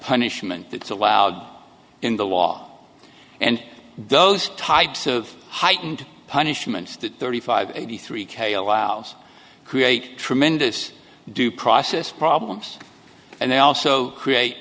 punishment that's allowed in the law and those types of heightened punishments that thirty five eighty three k allows create tremendous due process problems and they also create